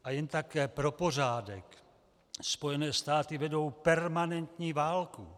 A jen tak pro pořádek, Spojené státy vedou permanentní válku.